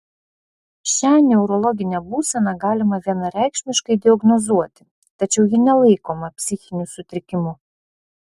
šią neurologinę būseną galima vienareikšmiškai diagnozuoti tačiau ji nelaikoma psichiniu sutrikimu